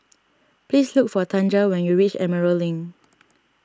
please look for Tanja when you reach Emerald Link